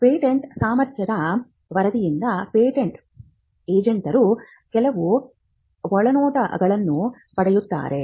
patent ಸಾಮರ್ಥ್ಯದ ವರದಿಯಿಂದ patent ಏಜೆಂಟರು ಕೆಲವು ಒಳನೋಟಗಳನ್ನು ಪಡೆಯುತ್ತಾರೆ